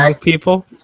people